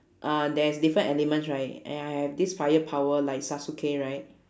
uh there's different elements right and I have this fire power like sasuke right